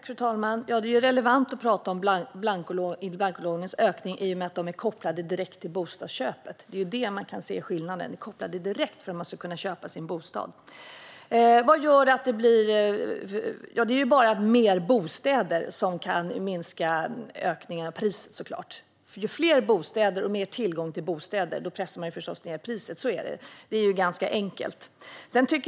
Fru talman! Det är relevant att tala om blankolånens ökning i och med att de är kopplade direkt till bostadsköpet. Det är där man kan se skillnaden - de är kopplade direkt till att kunna köpa sin bostad. Det är såklart bara fler bostäder som kan minska ökningen av priserna. Ju fler bostäder och ju större tillgång till bostäder, desto mer pressas priserna. Så är det; det är ju ganska enkelt.